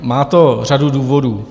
Má to řadu důvodů.